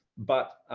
but